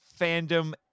fandom